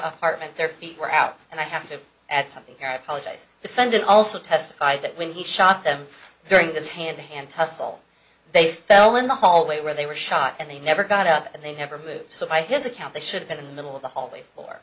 apartment their feet were out and i have to add something here i apologize defendant also testified that when he shot them during this hand the hand tussle they fell in the hallway where they were shot and they never got up and they never moved so by his account they should have been in the middle of the h